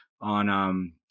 on